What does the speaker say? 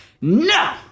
no